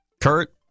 Kurt